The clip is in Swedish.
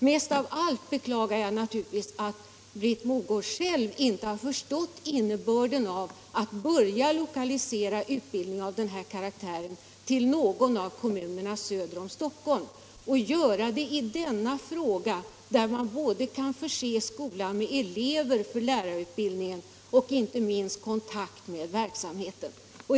Mest av allt beklagar jag naturligtvis att Britt Mogård själv inte har förstått betydelsen av att börja lokalisera en utbildning av den här karaktären till någon av kommunerna söder om Stockholm, där man både kan förse skolan med elever för lärarutbildningen och, inte minst, etablera kontakt med övrig högskoleverksamhet.